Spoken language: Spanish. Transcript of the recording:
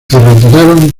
retiraron